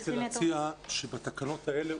אני רוצה להציע שבתקנות האלה,